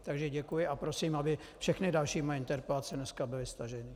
Takže děkuji a prosím, aby všechny moje další interpelace dneska byly staženy.